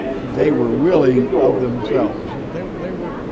they were willing of themselves. they they were,